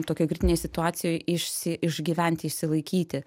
tokioj kritinėj situacijoj išsi išgyventi išsilaikyti